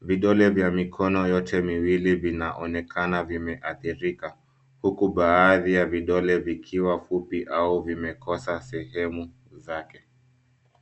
Vidole vya mikono yote miwili vinaonekana vimeathirika huku baadhi ya vidole vikiwa fupi au vimekosa sehemu zake.